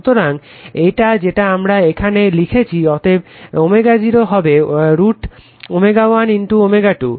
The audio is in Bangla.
সুতরাং এটা যেটা আমরা এখানে লিখেছি অতএব ω0 হবে √ ω 1 ω2